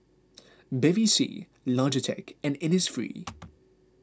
Bevy C Logitech and Innisfree